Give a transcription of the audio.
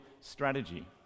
strategy